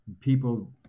people